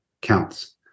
counts